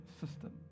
system